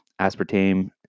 aspartame